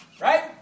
right